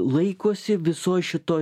laikosi visoj šitoj